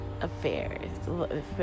affairs